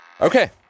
Okay